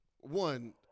one